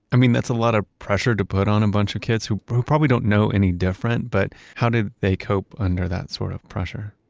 i mean, that's a lot of pressure to put on a bunch of kids who who probably don't know any different, but how did they cope under that sort of pressure?